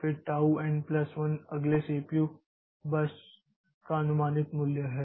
फिर tau n plus 1 अगले CPU burst का अनुमानित मूल्य है